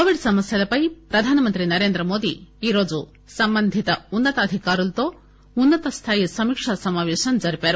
Covid సమస్యల పై ప్రధానమంత్రి నరేంద్ర మోదీ ఈరోజు సంబంధిత ఉన్న తాధికారులతో ఉన్న తస్థాయి సమీక్ష సమాపేశం జరిపారు